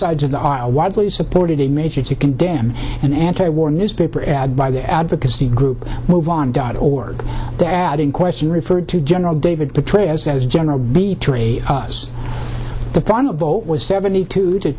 sides of the are widely supported in major to condemn an anti war newspaper ad by the advocacy group move on dot org the ad in question referred to general david petraeus as general betray us the final vote was seventy two to